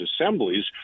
assemblies